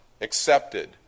accepted